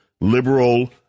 liberal